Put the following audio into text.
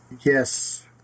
Yes